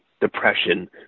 depression